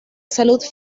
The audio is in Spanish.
salud